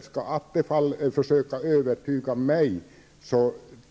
Skall Attefall försöka övertyga mig,